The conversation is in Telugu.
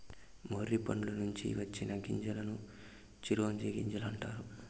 మొర్రి పండ్ల నుంచి వచ్చిన గింజలను చిరోంజి గింజలు అంటారు